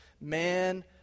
Man